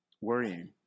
Worrying